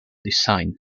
design